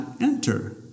enter